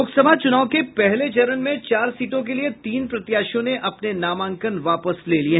लोकसभा चूनाव के पहले चरण में चार सीटों के लिये तीन प्रत्याशियों ने अपने नामांकन वापस ले लिये